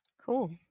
Cool